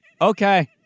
Okay